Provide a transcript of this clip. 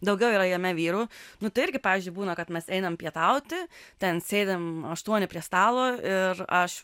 daugiau yra jame vyrų nu tai irgi pavyzdžiui būna kad mes einam pietauti ten sėdim aštuoni prie stalo ir aš